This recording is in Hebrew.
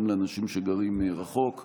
גם לאנשים שגרים רחוק מירושלים.